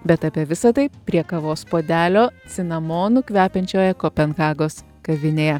bet apie visa tai prie kavos puodelio cinamonu kvepiančioje kopenhagos kavinėje